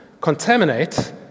contaminate